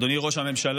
אדוני ראש הממשלה,